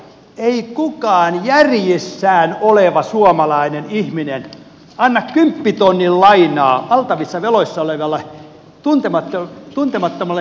ei kukaan järjissään oleva suomalainen ihminen anna kymppitonnin lainaa valtavissa veloissa olevalle tuntemattomalle henkilölle ilman vakuuksia